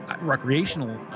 recreational